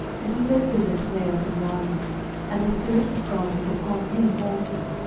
and he went thither to naioth in ramah and the spirit of god was upon him also,